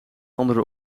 andere